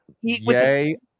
yay